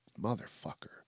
Motherfucker